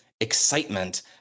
excitement